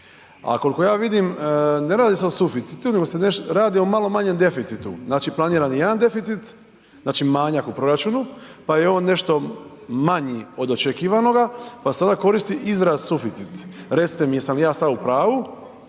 koliko ja vidim ne radi se o suficitu nego se radi o malo manjem deficitu, znači planiran je jedan deficit, znači manjak u proračunu, pa je on nešto manji od očekivanoga pa se onda koristi izraz suficit. Recite mi jesam li ja sada u pravu,